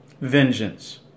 vengeance